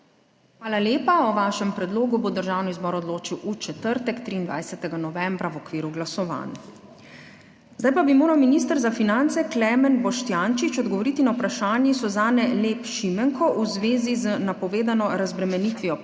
Hvala lepa. O vašem predlogu bo Državni zbor odločil v četrtek, 23. novembra, v okviru glasovanj. Zdaj pa bi moral minister za finance Klemen Boštjančič odgovoriti na vprašanje Suzane Lep Šimenko v zvezi z napovedano razbremenitvijo plač